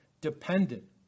dependent